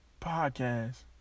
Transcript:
podcast